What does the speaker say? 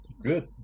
good